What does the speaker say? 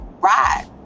ride